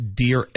dear